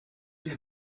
der